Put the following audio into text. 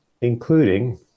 including